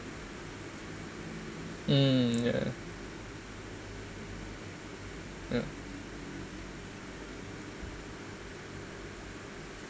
mm yeah yeah